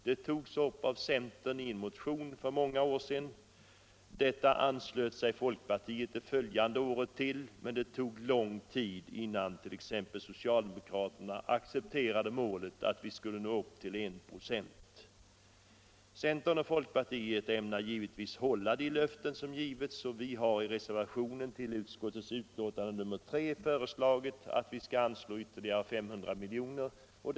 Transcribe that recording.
Det togs upp av centern i en motion för många år sedan. Detta krav anslöt sig folkpartiet till det följande året, men det tog lång tid innan t.ex. socialdemokraterna accepterade målet att vi skulle nå upp till I 96. Centern och folkpartiet ämnar givetvis hålla de löften som getts. Vi har i reservationen till utskottets betänkande nr 3 föreslagit att riksdagen skall anslå ytterligare 500 milj.kr.